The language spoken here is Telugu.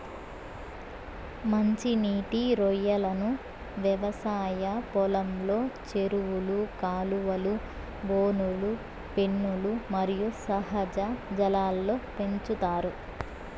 మంచి నీటి రొయ్యలను వ్యవసాయ పొలంలో, చెరువులు, కాలువలు, బోనులు, పెన్నులు మరియు సహజ జలాల్లో పెంచుతారు